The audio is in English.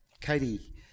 Katie